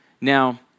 Now